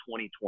2020